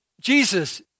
Jesus